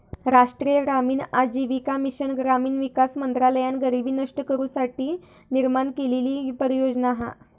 राष्ट्रीय ग्रामीण आजीविका मिशन ग्रामीण विकास मंत्रालयान गरीबी नष्ट करू साठी निर्माण केलेली परियोजना हा